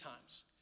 times